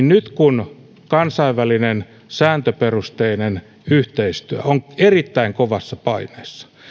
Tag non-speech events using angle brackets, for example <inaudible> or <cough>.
<unintelligible> nyt kun kansainvälinen sääntöperusteinen yhteistyö on erittäin kovassa paineessa